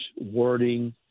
wording